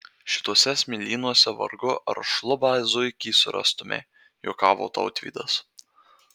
šituose smėlynuose vargu ar šlubą zuikį surastumei juokavo tautvydas